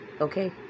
Okay